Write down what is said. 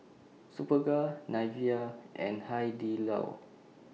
Superga Nivea and Hai Di Lao